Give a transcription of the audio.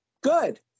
Good